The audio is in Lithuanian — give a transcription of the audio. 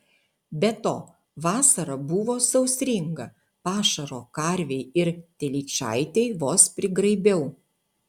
be to vasara buvo sausringa pašaro karvei ir telyčaitei vos prigraibiau